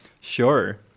Sure